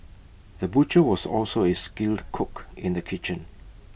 the butcher was also A skilled cook in the kitchen